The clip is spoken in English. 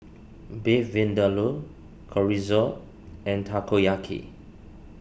Beef Vindaloo Chorizo and Takoyaki